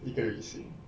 一个 receipt